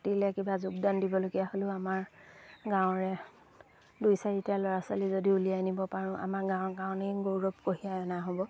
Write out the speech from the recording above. পাতিলে কিবা যোগদান দিবলগীয়া হ'লেও আমাৰ গাঁৱৰে দুই চাৰিটা ল'ৰা ছোৱালী যদি উলিয়াই নিব পাৰোঁ আমাৰ গাঁৱৰ কাৰণেই গৌৰৱ কঢ়িয়াই অনা হ'ব